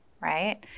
right